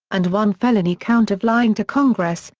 and one felony count of lying to congress,